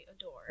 Adore